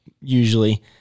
usually